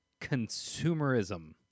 consumerism